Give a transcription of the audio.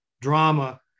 drama